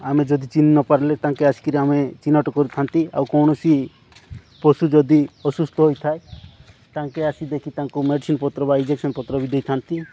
ଆମେ ଯଦି ଚିହ୍ନି ନପାରିଲେ ତାଙ୍କେ ଆସିକରି ଆମେ ଚିହ୍ନଟ କରିଥାନ୍ତି ଆଉ କୌଣସି ପଶୁ ଯଦି ଅସୁସ୍ଥ ହୋଇଥାଏ ତାଙ୍କେ ଆସି ଦେଖି ତାଙ୍କୁ ମେଡ଼ିସିନ୍ ପତ୍ର ବା ଇଞ୍ଜେକ୍ସନ୍ ପତ୍ର ବି ଦେଇଥାନ୍ତି